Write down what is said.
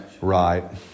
right